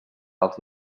alts